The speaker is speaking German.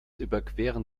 überqueren